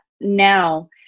now